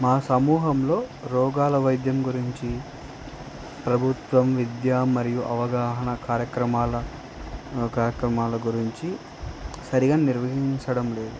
మా సమూహంలో రోగాల వైద్యం గురించి ప్రభుత్వం విద్య మరియు అవగాహన కార్యక్రమాల కార్యక్రమాల గురించి సరిగా నిర్వహించడం లేదు